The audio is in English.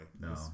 No